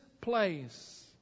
place